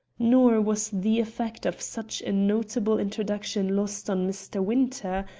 nor was the effect of such a notable introduction lost on mr. winter,